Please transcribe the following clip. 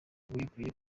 weguye